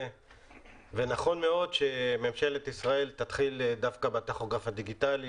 נכון מאוד שממשלת ישראל תתחיל דווקא בטכוגרף הדיגיטלי